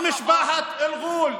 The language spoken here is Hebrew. למשפחת אל-ע'ול.